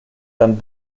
dann